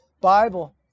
Bible